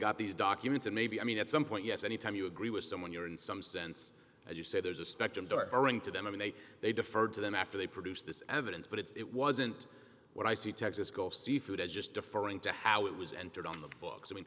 got these documents and maybe i mean at some point yes any time you agree with someone you're in some sense as you say there's a spectrum darling to them and they they deferred to them after they produced this evidence but it's it wasn't what i see texas go see food as just deferring to how it was entered on the books i mean